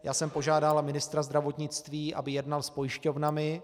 Já jsem požádal ministra zdravotnictví, aby jednal s pojišťovnami.